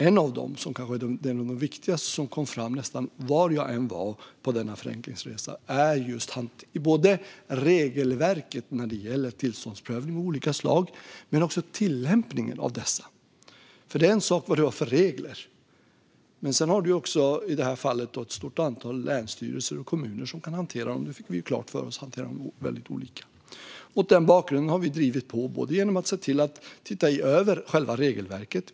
En av dem, som kanske var en av de viktigaste som kom fram nästan var jag än var på denna förenklingsresa, var just regelverken när det gäller tillståndsprövning av olika slag och tillämpningen av dessa. Det är en sak vad vi har för regler. Men i det här fallet har vi ett stort antal länsstyrelser och kommuner som hanterar dessa, och vi fick klart för oss att de hanterar dem väldigt olika. Mot den bakgrunden har vi drivit på genom att se över själva regelverket.